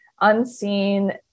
unseen